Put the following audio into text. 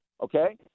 okay